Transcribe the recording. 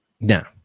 Now